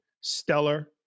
Stellar